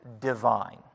divine